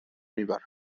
میبرند